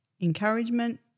encouragement